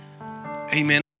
Amen